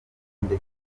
ndetse